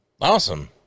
Awesome